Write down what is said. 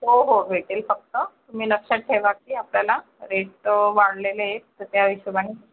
हो हो भेटेल फक्त तुम्ही लक्षात ठेवा की आपल्याला रेट वाढलेले आहेत तर त्या हिशोबाने